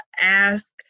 ask